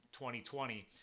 2020